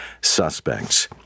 suspects